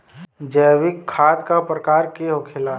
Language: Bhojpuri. जैविक खाद का प्रकार के होखे ला?